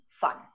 fun